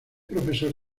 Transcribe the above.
profesor